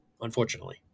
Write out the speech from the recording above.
unfortunately